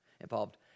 involved